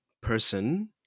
person